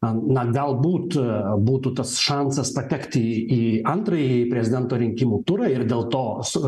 na na galbūt būtų tas šansas patekti į į antrąjį prezidento rinkimų turą ir dėl to su